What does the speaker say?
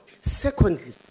Secondly